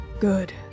Good